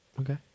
Okay